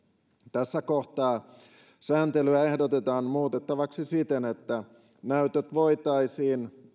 tässä kohtaa sääntelyä ehdotetaan muutettavaksi siten että näytöt voitaisiin